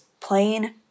plain